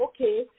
okay